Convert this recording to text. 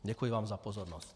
Děkuji vám za pozornost.